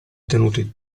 tenuti